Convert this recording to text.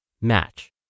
match